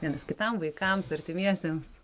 vienas kitam vaikams artimiesiems